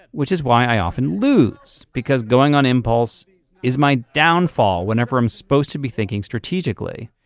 which is why i often lose because going on impulse is my downfall whenever i'm supposed to be thinking strategically.